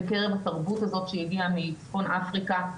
בקרב התרבות הזאת שהגיעה מצפון אפריקה,